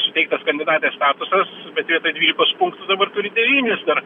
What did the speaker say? suteiktas kandidatės statusas bet vietoj dvylikos punktų dabar turi devynis dar